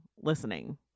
listening